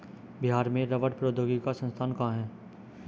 बिहार में रबड़ प्रौद्योगिकी का संस्थान कहाँ है?